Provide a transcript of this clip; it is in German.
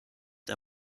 der